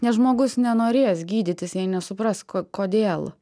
nes žmogus nenorės gydytis jei nesupras ko kodėl